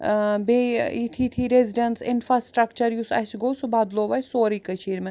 ٲں بیٚیہِ ٲں یتھۍ یتھۍ ہی ریٚزِڈیٚنٕس انفرٛاسٹرکچر یُس اسہِ گوٚو سُہ بدلوو اسہِ سورُے کشیٖرِ منٛز